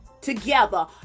together